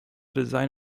design